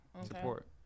Support